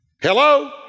Hello